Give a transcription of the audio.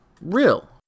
real